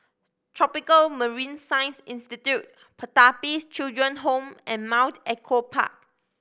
Tropical Marine Science Institute Pertapis Children Home and Mount Echo Park